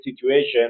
situation